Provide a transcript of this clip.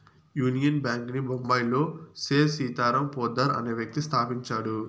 union Bank ను బొంబాయిలో సేథ్ సీతారాం పోద్దార్ అనే వ్యక్తి స్థాపించాడు